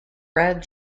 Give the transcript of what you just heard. brad